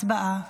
הצבעה.